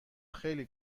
خیلی